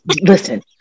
Listen